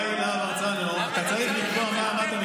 תראה איך הם מתביישים.